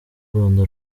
rwanda